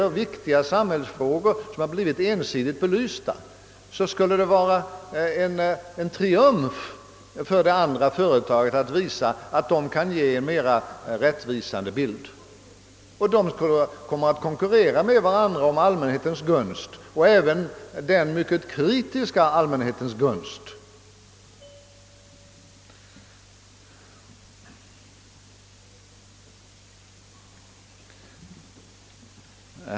Men om viktiga samhällsfrågor blivit ensidigt belysta skulle det vara en triumf för det andra företaget att visa att det kunde ge en mera rättvisande bild. De skulle komma att konkurrera med varandra om den kritiska allmänhetens gunst.